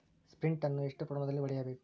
Sprint ಅನ್ನು ಎಷ್ಟು ಪ್ರಮಾಣದಲ್ಲಿ ಹೊಡೆಯಬೇಕು?